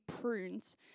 prunes